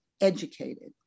educated